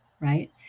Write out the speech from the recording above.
right